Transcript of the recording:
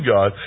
God